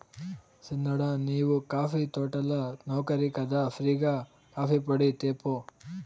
సిన్నోడా నీవు కాఫీ తోటల నౌకరి కదా ఫ్రీ గా కాఫీపొడి తేపో